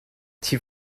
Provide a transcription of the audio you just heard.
die